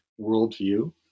worldview